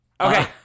Okay